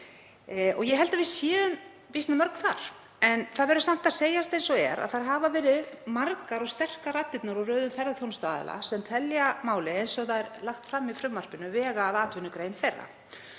Ég held að við séum býsna mörg þar. En það verður samt að segjast eins og er að þær hafa verið margar og sterkar raddirnar úr röðum ferðaþjónustuaðila sem telja málið, eins og það er lagt fram í frumvarpinu, vega að atvinnugreininni.